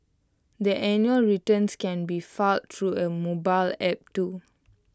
the annual returns can be filed through A mobile app too